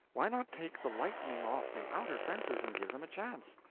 why not take the lightning off the outer fences, and give them a chance?